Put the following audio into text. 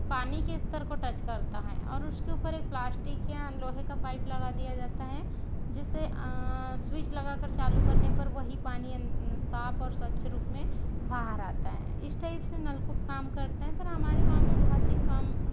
पानी के स्तर को टच करता है और उसके ऊपर एक प्लास्टिक या लोहे का पाइप लगा दिया जाता है जिससे स्विच लगा कर चालू करने पर वही पानी साफ़ और स्वच्छ रूप में बाहर आता है इस टाइप से नलकूप काम करते हैं पर हमारे गाँव में बहुत ही कम